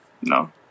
No